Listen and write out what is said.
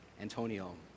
Antonio